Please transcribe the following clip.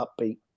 upbeat